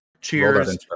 cheers